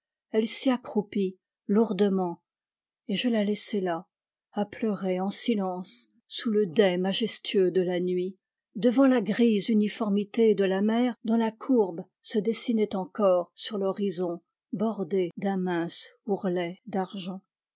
elle s'y accroupit lourdement et je la laissai là à pleurer en silence sous le dais majestueux de la nuit devant la grise uniformité de la mer dont la courbe se dessinait encore sur l'horizon bordée d'un mince ourlet d'argent